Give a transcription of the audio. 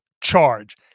charge